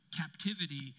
captivity